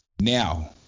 now